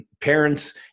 parents